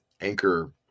anchor